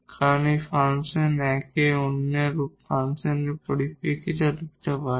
কারণ একটি ফাংশন 1 অন্য ফাংশনের পরিপ্রেক্ষিতে লিখতে পারে